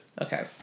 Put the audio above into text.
Okay